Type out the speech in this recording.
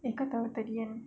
eh kau tahu tadi kan